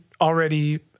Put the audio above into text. already